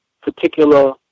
particular